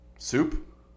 Soup